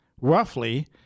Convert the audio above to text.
roughly